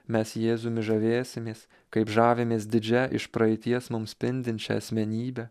mes jėzumi žavėsimės kaip žavimės didžia iš praeities mums spindinčia asmenybe